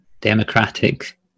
democratic